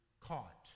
Caught